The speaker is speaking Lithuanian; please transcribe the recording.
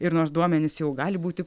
ir nors duomenys jau gali būti